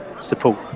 support